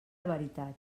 veritat